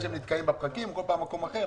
כנראה שהם נתקעים בפקקים בכל פעם במקום אחר,